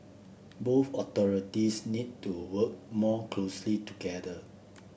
both authorities need to work more closely together